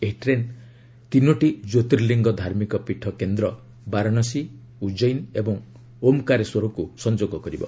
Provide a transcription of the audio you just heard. ଏହି ଟ୍ରେନ୍ ତିନୋଟି କ୍ୟୋର୍ତିଳିଙ୍ଗ ଧାର୍ମିକ ପୀଠ କେନ୍ଦ୍ର ବାରାଣସୀ ଉଜୟିନ ଏବଂ ଓମ୍କାରେଶ୍ୱରକୁ ସଂଯୋଗ କରିବ